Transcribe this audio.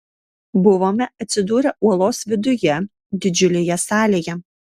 buvome atsidūrę uolos viduje didžiulėje salėje